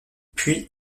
puis